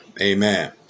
Amen